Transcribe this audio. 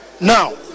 Now